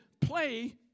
play